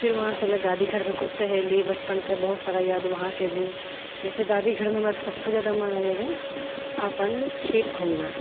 फेर ओतऽसँ एलहुँ दादी घरके किछु सहेली बचपनके बहुत सारा याद ओतऽके भी जैसे दादी घरमे हमरा सबसँ जादा मन लागै रहै आ अपन खेत घूमना